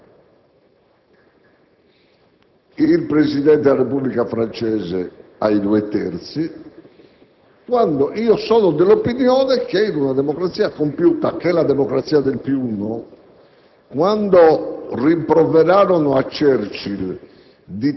In tutto il mondo i nostri colleghi hanno la pensione; pensate che il Presidente della Repubblica federale tedesca, che dura in carica cinque anni, quando va a casa mantiene lo stesso identico trattamento di quando era in carica